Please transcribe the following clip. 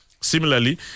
Similarly